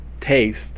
taste